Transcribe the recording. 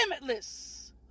limitless